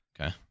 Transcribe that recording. Okay